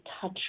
touch